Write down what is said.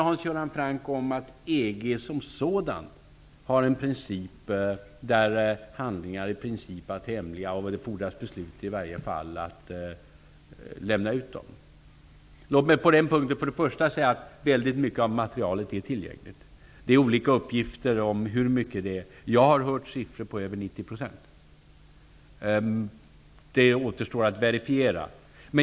Hans Göran Franck talade om att EG som sådant har en princip att handlingar är hemliga och att det fordras beslut i varje fall för att lämna ut dem. Låt mig på den punkten säga att mycket av materialet är tillgängligt. Det finns olika uppgifter om hur mycket det är. Jag har hört siffror över 90 %. Det återstår att verifiera.